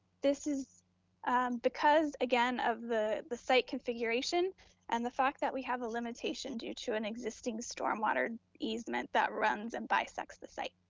this is because, again, of the the site configuration and the fact that we have a limitation due to an existing stormwater easement that runs and bisects the site.